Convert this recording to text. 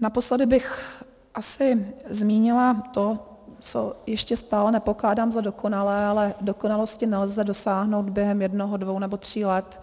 Naposledy bych asi zmínila to, co ještě stále nepokládám za dokonalé ale dokonalosti nelze dosáhnout během jednoho, dvou nebo tří let,